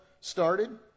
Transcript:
started